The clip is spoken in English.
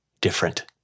different